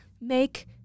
make